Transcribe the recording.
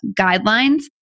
guidelines